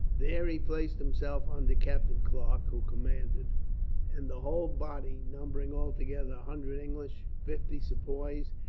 there he placed himself under captain clarke, who commanded and the whole body, numbering altogether a hundred english, fifty sepoys,